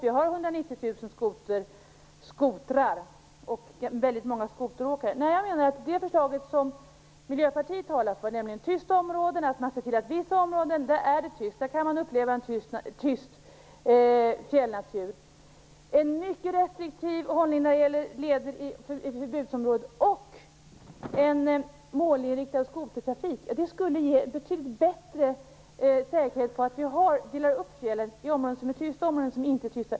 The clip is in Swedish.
Vi har 190 000 skotrar och väldigt många skoteråkare. I Miljöpartiets förslag talar vi för tysta områden, vissa områden där man ser till att det är tyst så att man kan uppleva en tyst fjällnatur. Vi talar också för en mycket restriktiv hållning när det gäller leder i förbudsområdet och för en målinriktad skotertrafik. Det skulle ge betydligt bättre säkerhet om vi delade upp fjällen i områden som är tysta och områden som inte är tysta.